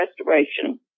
restoration